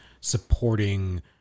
supporting